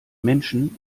menschen